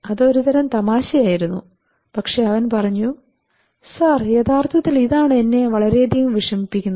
അത് ഒരുതരം തമാശയായിരുന്നു പക്ഷേ അവൻ പറഞ്ഞു സർ യഥാർത്ഥത്തിൽ ഇതാണ് എന്നെ വളരെയധികം വിഷമിപ്പിക്കുന്നത്